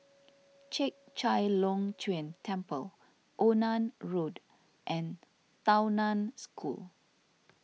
Chek Chai Long Chuen Temple Onan Road and Tao Nan School